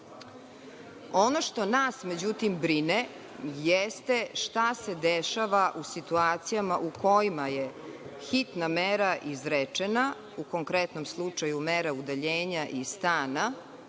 što nas brine jeste šta se dešava u situacijama u kojima je hitna mera izrečena, u konkretnom slučaju mera udaljenja iz stana